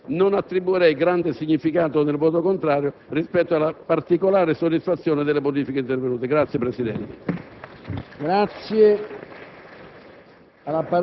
la soluzione del problema,